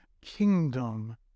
kingdom